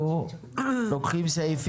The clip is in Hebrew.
אנחנו רוצים להצביע על סעיף ולהתקדם.